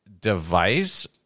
device